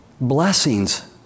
blessings